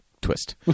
twist